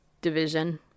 division